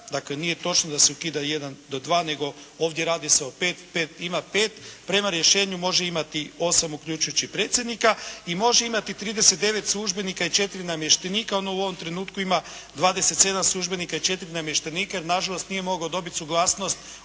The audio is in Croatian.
Dakle nije točno da se ukida jedan do dva, ovdje se radi o pet. Prema rješenju može imati osam uključujući i predsjednika i može imati 39 službenika i 4 namještenika. On u ovom trenutku ima 27 službenika i 4 namještenika, jer na žalost nije mogao dobiti suglasnost